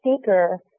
seeker